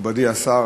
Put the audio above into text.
מכובדי השר,